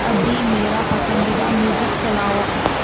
ابھی میرا پسندیدہ میوزک چلاؤ